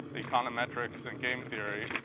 econometrics, and game theory,